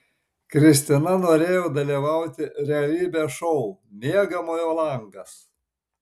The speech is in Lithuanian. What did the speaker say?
kristina norėjo dalyvauti realybės šou miegamojo langas